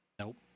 Nope